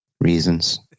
Reasons